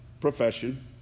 profession